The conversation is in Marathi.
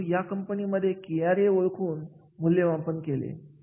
मग यासाठी कोणते मोजमाप असावे कोणते ज्ञान कौशल्य गरजेचे आहे